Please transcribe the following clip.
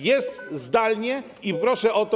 Jest zdalnie i proszę o to.